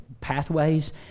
pathways